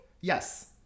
Yes